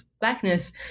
blackness